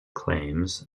claims